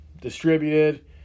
distributed